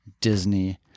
Disney